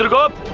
up